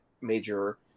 major